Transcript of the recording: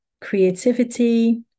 creativity